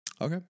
Okay